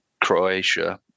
Croatia